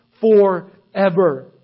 forever